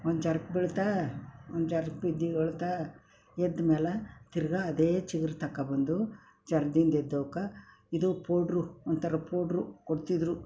ಒಂದು ಜರ್ಕೊ ಬೀಳ್ತಾ ಒಂದು ಜರ್ಕೊ ಬಿದ್ದು ಹೇಳ್ತಾ ಎದ್ದ ಮೇಲೆ ತಿರುಗಾ ಅದೇ ಚಿಗುರು ತಗೊಂಡ್ಬಂದು ಜರ್ದಿದ್ದು ಎದ್ದವ್ಕೆ ಇದು ಪೌಡ್ರು ಒಂಥರ ಪೌಡ್ರು ಕೊಡ್ತಿದ್ದರು